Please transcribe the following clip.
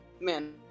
man